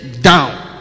down